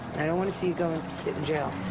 i don't want to see you go and sit in jail.